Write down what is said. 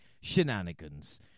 Shenanigans